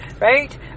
right